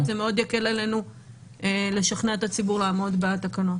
זה מאוד יקל עלינו לשכנע את הציבור לעמוד בתקנות.